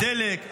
הדלק,